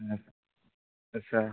ம் yes sir